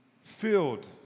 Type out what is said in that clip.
filled